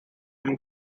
him